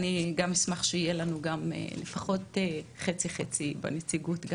אני גם אשמח שיהיה לנו חצי-חצי בנציגות גם